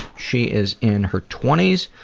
she is in her twenty s,